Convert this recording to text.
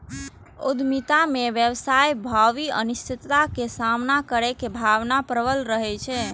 उद्यमिता मे व्यवसायक भावी अनिश्चितता के सामना करै के भावना प्रबल रहै छै